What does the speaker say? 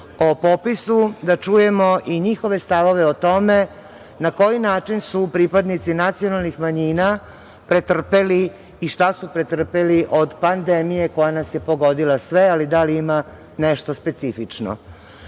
o popisu da čujemo i njihove stavove o tome na koji način su pripadnici nacionalnih manjina pretrpeli i šta su pretrpeli od pandemije koja nas je pogodila sve, ali da li ima nešto specifično. Bilo